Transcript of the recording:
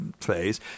phase